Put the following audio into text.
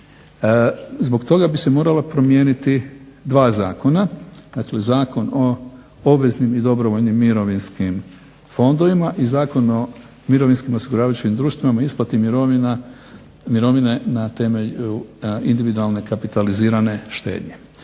zbog toga bi se morala promijeniti dva zakona. Dakle, Zakon o obveznim i dobrovoljnim mirovinskim fondovima i zakon o mirovinskim osiguravajućim društvima o isplati mirovine na temelju individualne kapitalizirane štednje.